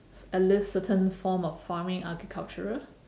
at leasst certain form of farming agricultural